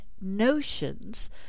notions